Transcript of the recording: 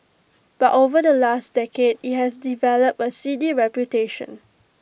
but over the last decade IT has developed A seedy reputation